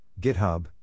GitHub